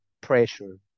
pressure